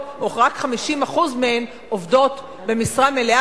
רק 50% מהן עובדות במשרה מלאה,